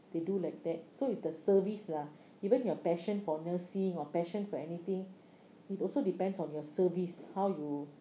they do like that so it's the service lah even your passion for nursing or passion for anything it also depends on your service how you